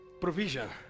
provision